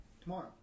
Tomorrow